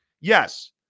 Yes